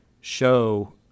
show